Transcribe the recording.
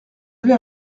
avez